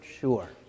sure